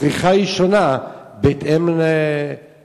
הצריכה היא שונה בהתאם לדרישות,